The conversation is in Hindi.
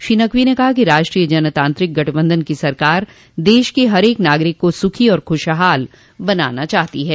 श्री नक़वी ने कहा कि राष्ट्रीय जनतांत्रिक गठबंधन की सरकार देश के हर एक नागरिक को सुखी और खुशहाल बनाना चाहती है